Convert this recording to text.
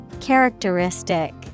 Characteristic